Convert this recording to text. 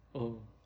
oh